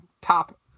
top